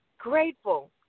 Grateful